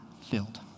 filled